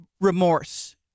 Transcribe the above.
remorse